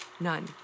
None